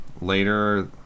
Later